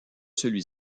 celui